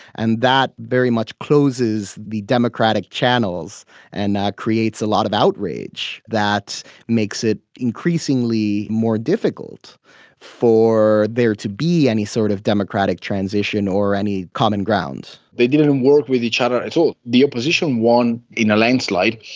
and that very much closes the democratic channels and creates a lot of outrage that makes it increasingly more difficult for there to be any sort of democratic transition or any common ground. they didn't and work with each other at all. the opposition won in a landslide,